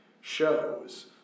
shows